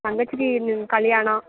தங்கச்சிக்கு வந்து கல்யாணம்